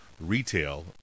retail